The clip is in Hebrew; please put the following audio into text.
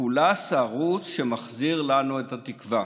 פולס ערוץ שמחזיר לנו את התקווה.